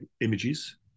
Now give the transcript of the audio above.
Images